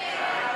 ההסתייגויות